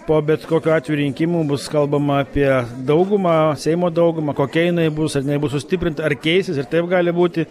po bet kokiu atveju rinkimų bus kalbama apie daugumą seimo daugumą kokia jinai bus ar jinai bus sustiprinta ar keisis ir taip gali būti